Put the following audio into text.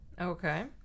okay